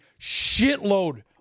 shitload